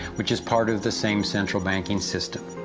which is part of the same central banking system.